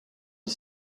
are